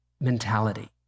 mentality